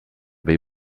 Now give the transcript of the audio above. vell